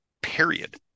period